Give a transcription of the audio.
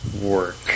work